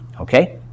Okay